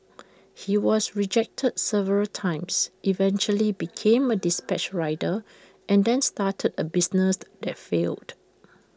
he was rejected several times eventually became A dispatch rider and then started A business that failed